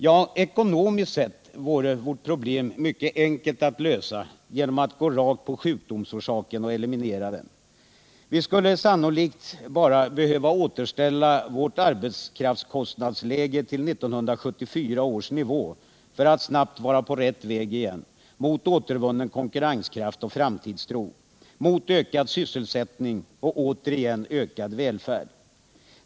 Ja, ekonomiskt sett vore vårt problem mycket enkelt att lösa, om man ginge rakt på sjukdomsorsaken och eliminerade den. Vi skulle sannolikt bara behöva återställa vårt arbetskraftskostnadsläge till 1974 års nivå för att snabbt vara på rätt väg igen mot återvunnen konkurrenskraft och framtidstro, mot ökad sysselsättning och återigen ökad välfärd.